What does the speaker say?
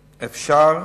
שאפשר,